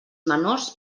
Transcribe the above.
menors